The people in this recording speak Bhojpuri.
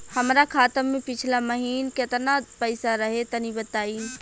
हमरा खाता मे पिछला महीना केतना पईसा रहे तनि बताई?